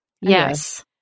Yes